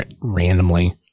randomly